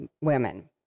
women